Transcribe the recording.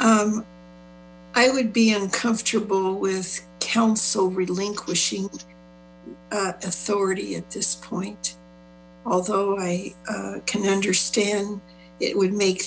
i would be uncomfortable with council relinquishing authority at this point although i can understand it would make